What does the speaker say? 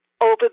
over